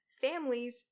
families